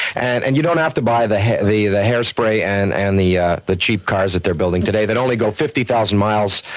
and and you don't have to buy the the hairspray and and the the cheap cars that they're building today that only go fifty thousand miles,